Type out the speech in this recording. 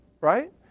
right